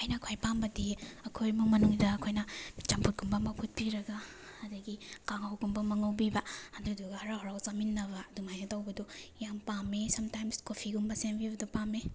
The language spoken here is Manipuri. ꯑꯩꯅ ꯈ꯭ꯋꯥꯏ ꯄꯥꯝꯕꯗꯤ ꯑꯩꯈꯣꯏ ꯏꯃꯨꯡ ꯃꯅꯨꯡꯗ ꯑꯩꯈꯣꯏꯅ ꯆꯝꯐꯨꯠꯀꯨꯝꯕ ꯑꯃ ꯐꯨꯠꯄꯤꯔꯒ ꯑꯗꯒꯤ ꯀꯥꯡꯍꯧꯒꯨꯝꯕ ꯑꯃ ꯉꯧꯕꯤꯕ ꯑꯗꯨꯗꯨꯒ ꯍꯔꯥꯎ ꯍꯔꯥꯎ ꯆꯥꯃꯤꯟꯅꯕ ꯑꯗꯨꯃꯥꯏꯅ ꯇꯧꯕꯗꯣ ꯌꯥꯝ ꯄꯥꯝꯃꯦ ꯁꯝꯇꯥꯏꯝꯁ ꯀꯣꯐꯤꯒꯨꯝꯕ ꯁꯦꯝꯕꯤꯕꯗꯣ ꯄꯥꯝꯃꯦ